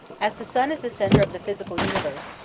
as the sun is the center of the physical universe,